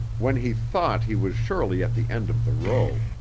when he thought he was surely at the end of the row,